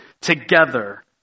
together